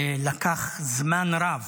כי לקח זמן רב